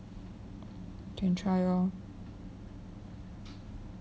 can try lor